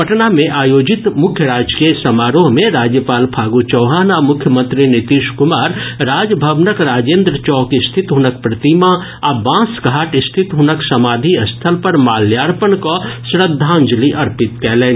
पटना मे आयोजित मुख्य राजकीय समारोह मे राज्यपाल फागू चौहान आ मुख्यमंत्री नीतीश कुमार राजभवनक राजेन्द्र चौक स्थित हुनक प्रतिमा आ बांस घाट स्थित हुनक समाधि स्थल पर माल्यार्पण कऽ श्रद्धांजलि अर्पित कयलनि